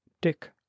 dick